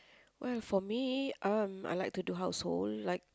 well for me um I like to do household like